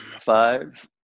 Five